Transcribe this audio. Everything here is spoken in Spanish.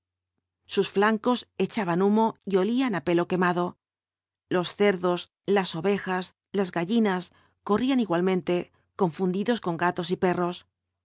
sus flancos echaban humo y olían á pelo quemado los cerdos las ovejas las gallinas corrían igualmente confundidos con gatos y perros